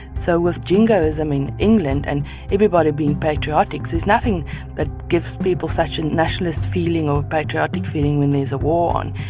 so with jingoism in england and everybody being patriotic, there's nothing that gives people such a nationalist feeling or patriotic feeling when there's a war on,